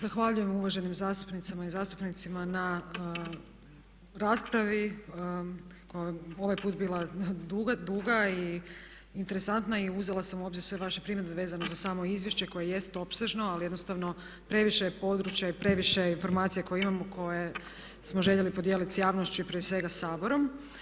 Zahvaljujem uvaženim zastupnicama i zastupnicama na raspravi koja je ovaj put bila duga i interesantna i uzela sam u obzir sve vaše primjedbe vezano za samo izvješće koje jest opsežne ali jednostavno previše je područja i previše je informacija koje imamo koje smo željeli podijeliti sa javnošću i prije svega Saborom.